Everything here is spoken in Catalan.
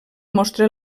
mostra